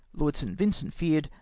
lord st. vincent feared,